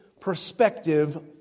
Perspective